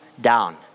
down